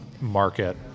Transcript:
market